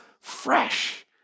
fresh